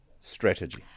Strategy